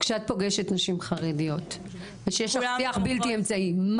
כשאת פוגשת נשים חרדיות ושיש לך שיח בלתי אמצעי,